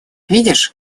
видишь